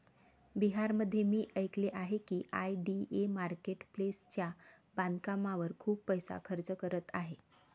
बिहारमध्ये मी ऐकले आहे की आय.डी.ए मार्केट प्लेसच्या बांधकामावर खूप पैसा खर्च करत आहे